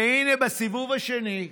והינה, בסיבוב השני,